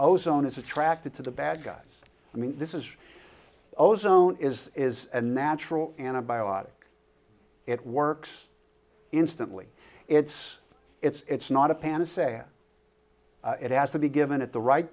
ozone is attracted to the bad guys i mean this is ozone is is a natural antibiotic it works instantly it's it's not a panacea it has to be given at the right